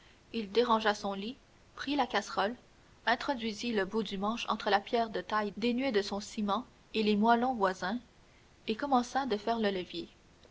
il dérangea son lit prit sa casserole introduisit le bout du manche entre la pierre de taille dénuée de son ciment et les moellons voisins et commença de faire le levier